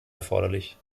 erforderlich